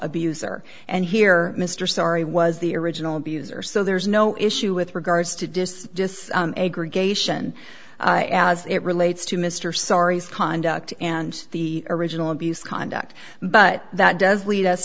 abuser and here mr sorry was the original abuser so there is no issue with regards to dismiss a geisha and as it relates to mr sorry's conduct and the original abuse conduct but that does lead us